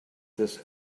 this